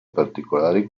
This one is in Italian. particolari